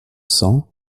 cents